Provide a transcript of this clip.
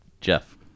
Jeff